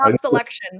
selection